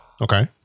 Okay